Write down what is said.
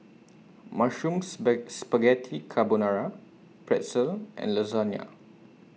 Mushroom Spaghetti Carbonara Pretzel and Lasagna